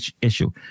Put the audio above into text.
issue